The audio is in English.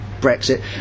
Brexit